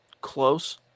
close